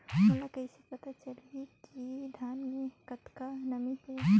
मोला कइसे पता चलही की धान मे कतका नमी हे?